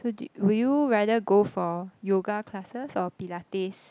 so do will you rather go for yoga classes or pilates